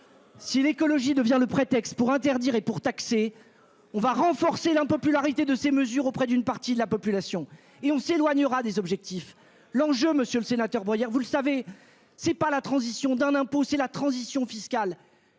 Si l'écologie devient le prétexte pour interdire et pour taxer, nous renforcerons l'impopularité de ces mesures auprès d'une partie de la population et nous nous éloignerons de nos objectifs. L'enjeu, monsieur le sénateur, est non pas la transition d'un impôt, mais la transition fiscale.